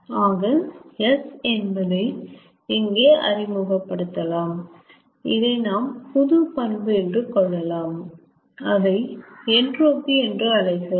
ஆக S என்பதை இங்கே அறிமுகப்படுத்தலாம் இதை நாம் புது பண்பு என்று கொள்ளலாம் அதை என்ட்ரோபி என்று அழைக்கலாம்